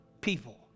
people